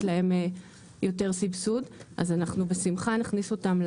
להן יותר סיבסוד אז אנחנו בשמחה נכניס אותם.